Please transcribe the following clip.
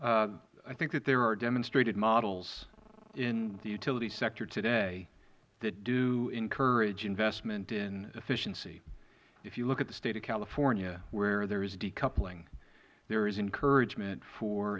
okay i think that there are demonstrated models in the utility sector today that do encourage investment in efficiency if you look at the state of california where there is decoupling there is encouragement for